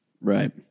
Right